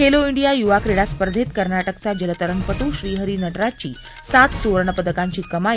Khelo India युवा क्रीडा स्पर्धेत कर्नाटकचा जलतरणपटू श्रीहरी नटराजची सात सुवर्णपदकांची कमाई